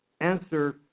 answer